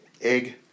egg